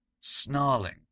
snarling